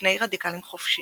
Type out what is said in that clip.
מפני רדיקלים חופשיים.